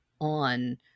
on